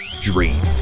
Dream